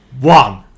one